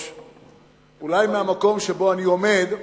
אולי מהמקום שבו אני עומד,